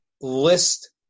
list